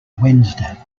wednesday